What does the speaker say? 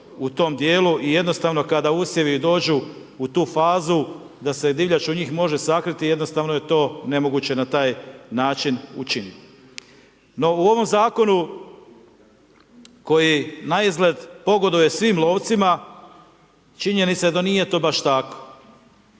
u ovom zakonu koji naizgled pogoduje svim lovcima, činjenica je da nije to baš tako.